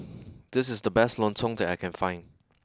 this is the best Lontong that I can find